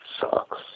sucks